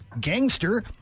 gangster